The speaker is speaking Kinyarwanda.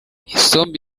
isombe